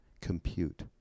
compute